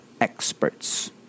experts